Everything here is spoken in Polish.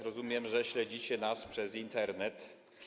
Rozumiem, że śledzicie nas przez Internet.